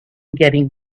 getting